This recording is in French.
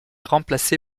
remplacé